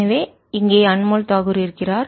எனவே இங்கே அன்மோல் தாகூர் இருக்கிறார்